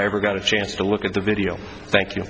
i ever got a chance to look at the video thank you